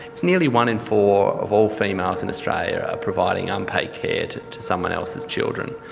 nearly one in four of all females in australia are providing unpaid care to someone else's children.